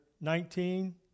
nineteen